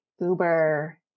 Uber